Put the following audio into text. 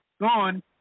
Gone